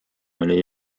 oli